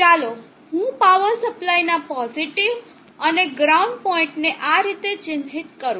ચાલો હું પાવર સપ્લાયના પોઝિટીવ અને ગ્રાઉન્ડ પોઈન્ટ ને આ રીતે ચિહ્નિત કરું